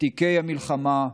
ותיקי המלחמה,